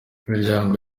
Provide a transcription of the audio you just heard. imiryango